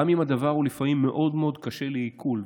גם אם הדבר הוא לפעמים מאוד קשה לעיכול.